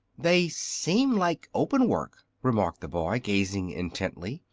they seem like open-work, remarked the boy, gazing intently.